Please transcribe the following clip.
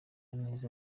neza